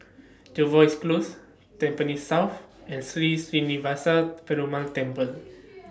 Jervois Close Tampines South and Sri Srinivasa Perumal Temple